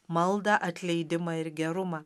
maldą atleidimą ir gerumą